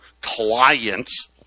clients